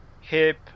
hip